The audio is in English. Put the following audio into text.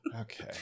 Okay